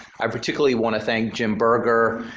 i particularly want to thank jim berger,